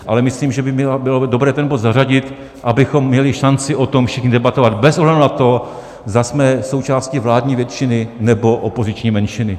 Ale myslím, že by bylo dobré ten bod zařadit, abychom měli šanci o tom všichni debatovat bez ohledu na to, zda jsme součástí vládní většiny, nebo opoziční menšiny.